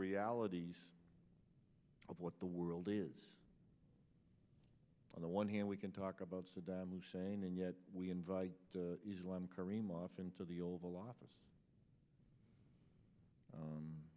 realities of what the world is on the one hand we can talk about saddam hussein and yet we invite islam karimov into the oval office